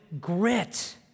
grit